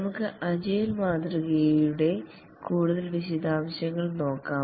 നമുക്ക് അജിലേ മാതൃകയുടെ കൂടുതൽ വിശദാംശങ്ങൾ നോക്കാം